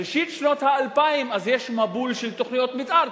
בראשית שנות האלפיים יש מבול של תוכניות מיתאר,